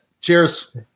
Cheers